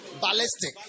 ballistic